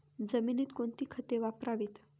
जमिनीत कोणती खते वापरावीत?